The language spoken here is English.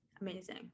Amazing